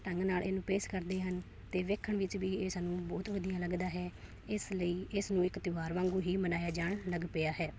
ਢੰਗ ਨਾਲ ਇਹਨੂੰ ਪੇਸ਼ ਕਰਦੇ ਹਨ ਅਤੇ ਵੇਖਣ ਵਿੱਚ ਵੀ ਇਹ ਸਾਨੂੰ ਬਹੁਤ ਵਧੀਆ ਲੱਗਦਾ ਹੈ ਇਸ ਲਈ ਇਸ ਨੂੰ ਇੱਕ ਤਿਉਹਾਰ ਵਾਂਗੂੰ ਹੀ ਮਨਾਇਆ ਜਾਣ ਲੱਗ ਪਿਆ ਹੈ